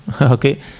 Okay